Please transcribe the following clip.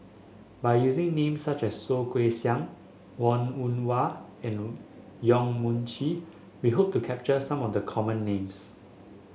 by using names such as Soh Kay Siang Wong Yoon Wah and Yong Mun Chee we hope to capture some of the common names